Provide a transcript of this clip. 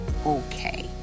okay